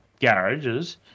garages